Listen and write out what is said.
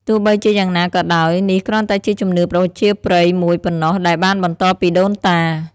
ទោះបីជាយ៉ាងណាក៏ដោយ នេះគ្រាន់តែជាជំនឿប្រជាប្រិយមួយប៉ុណ្ណោះ ដែលបានបន្តពីដូនតា។